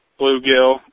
bluegill